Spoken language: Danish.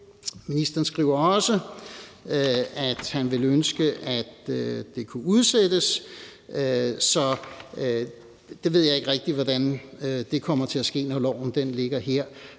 Ministeren skriver også, at han ville ønske, at det kunne udsættes. Det ved jeg ikke rigtig hvordan kommer til at ske, når loven ligger her.